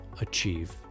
achieve